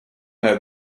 had